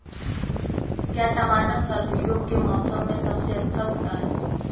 क्या टमाटर सर्दियों के मौसम में सबसे अच्छा उगता है?